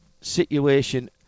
situation